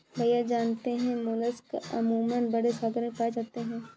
भैया जानते हैं मोलस्क अमूमन बड़े सागर में पाए जाते हैं